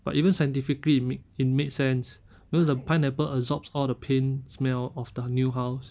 but even scientifically it make it made sense because the pineapple absorbs all the paint smell of the new house